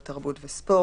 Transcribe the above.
כתנאי לכניסתו אחד מאלה: